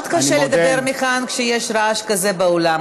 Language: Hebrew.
מאוד קשה לדבר מכאן כשיש רעש כזה באולם.